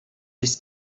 this